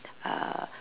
uh